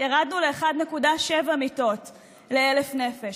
ירדנו ל-1.7 מיטות ל-1,000 נפש.